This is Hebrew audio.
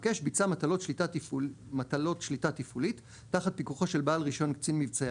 המבקש ביצע מטלות שליטה תפעולית תחת פיקוחו של בעל רישיון קצין מבצעי